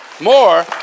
more